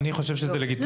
אני חושב שזה לגיטימי.